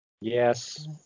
Yes